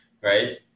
right